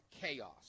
chaos